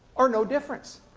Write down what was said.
or no difference.